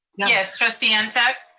yes, trustee ah ntuk.